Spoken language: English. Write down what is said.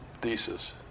thesis